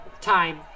time